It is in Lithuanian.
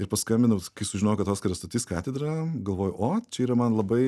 ir paskambinau kai sužinojau kad oskaras statys katedrą galvoju o čia yra man labai